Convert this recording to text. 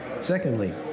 Secondly